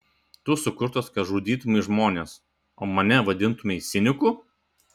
tu sukurtas kad žudytumei žmones o mane vadintumei ciniku